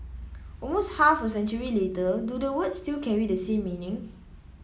almost half a century later do the words still carry the same meaning